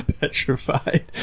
petrified